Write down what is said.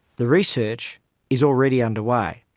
the research is already underway.